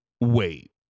wait